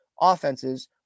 offenses